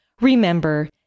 Remember